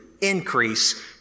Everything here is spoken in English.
increase